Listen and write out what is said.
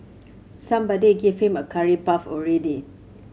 somebody give him a curry puff already